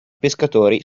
pescatori